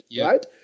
right